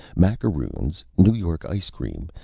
macaroons, new york ice cream,